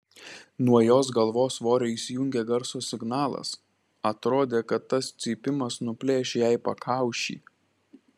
nuo jos galvos svorio įsijungė garso signalas atrodė kad tas cypimas nuplėš jai pakaušį